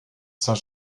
saint